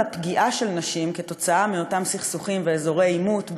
הפגיעה בנשים עקב אותם סכסוכים באזורי עימות,